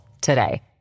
today